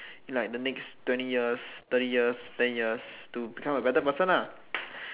in like the next twenty years thirty years ten years to become a better person lah